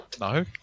No